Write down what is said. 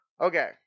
Okay